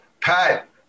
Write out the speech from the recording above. Pat